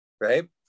right